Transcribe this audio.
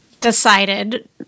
decided